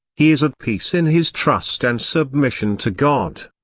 he is at peace in his trust and submission to god.